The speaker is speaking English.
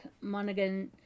Monaghan